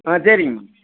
ஆ சரிங்கம்மா